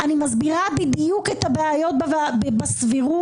אני מסבירה בדיוק את הבעיות בסבירות.